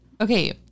Okay